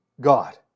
God